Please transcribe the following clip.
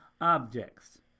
objects